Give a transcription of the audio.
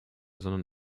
sondern